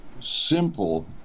simple